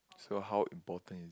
so how important is